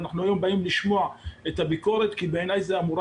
אנחנו היום באים לשמוע את הביקורת כי בעיני זו אמורה